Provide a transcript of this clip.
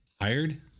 hired